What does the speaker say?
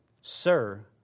Sir